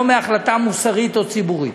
לא מהחלטה מוסרית או ציבורית.